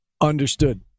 Understood